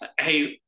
hey